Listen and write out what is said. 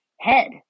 head